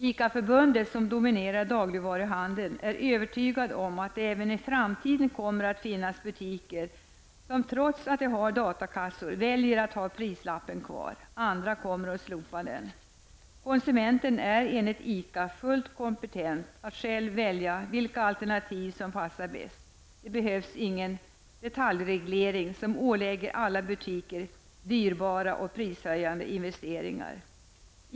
ICA-förbundet, som dominerar dagligvaruhandeln, är övertygat om att det även i framtiden kommer att finnas butiker som, trots att de har datakassor, väljer att ha prislappen kvar, medan andra kommer att slopa den. Konsumenten är enligt ICA fullt kompetent att själv välja vilket alternativ som passar bäst. Det behövs ingen detaljreglering som ålägger alla butiker dyrbara och prishöjande investeringar.